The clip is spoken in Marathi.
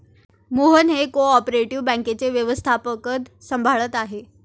मोहन हे को ऑपरेटिव बँकेचे व्यवस्थापकपद सांभाळत आहेत